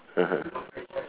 (uh huh)